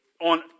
on